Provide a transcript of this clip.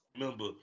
Remember